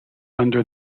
under